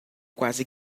quase